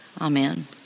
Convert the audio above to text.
Amen